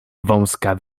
wąska